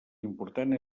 important